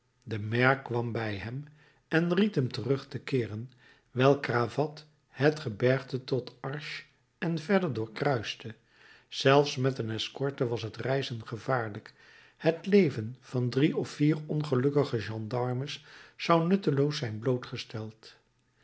de maire kwam bij hem en ried hem terug te keeren wijl cravatte het gebergte tot arche en verder doorkruiste zelfs met een escorte was het reizen gevaarlijk het leven van drie of vier ongelukkige gendarmes zou nutteloos zijn blootgesteld